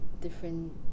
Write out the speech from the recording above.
Different